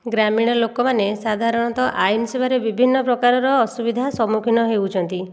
ଗ୍ରାମୀଣ ଲୋକମାନେ ସାଧାରଣତଃ ଆଇନ୍ ସେବାରେ ବିଭିନ୍ନ ପ୍ରକାରର ଅସୁବିଧା ସମ୍ମୁଖୀନ ହେଉଛନ୍ତି